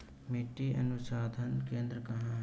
मिट्टी अनुसंधान केंद्र कहाँ है?